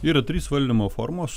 yra trys valdymo formos